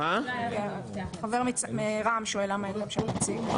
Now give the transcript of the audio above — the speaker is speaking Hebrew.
לא, אבל הנציג של רע"ם שואל למה אין להם שם נציג.